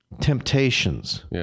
temptations